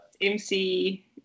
MC